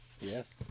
Yes